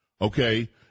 okay